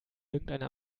irgendeiner